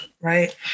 right